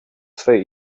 swej